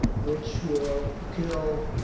which will kill,